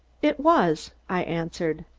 it was! i answered.